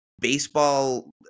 baseball